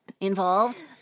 involved